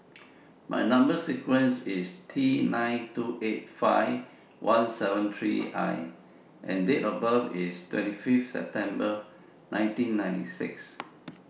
Number sequence IS T nine two eight five one seven three I and Date of birth IS twenty five September nineteen ninety six